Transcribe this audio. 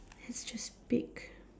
lets pick